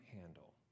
handle